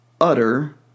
utter